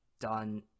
done